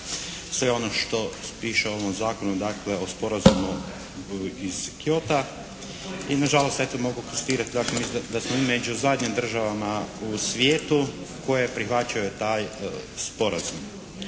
sve ono što piše u ovom zakonu, dakle o Sporazumu iz Kyota i na žalost eto mogu konstatirati, dakle mislim da smo mi među zadnjim državama u svijetu koje prihvaćaju taj sporazum.